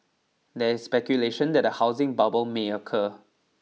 there is speculation that a housing bubble may occur